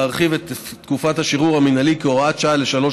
להרחיב את תקופות השחרור המינהלי בהוראת שעה לשלוש